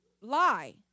lie